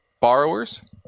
borrowers